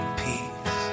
peace